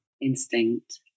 instinct